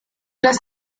das